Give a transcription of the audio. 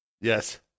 Yes